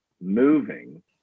moving